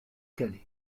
calais